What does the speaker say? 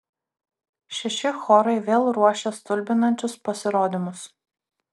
šeši chorai vėl ruošia stulbinančius pasirodymus